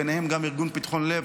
ובהם ארגון פתחון לב,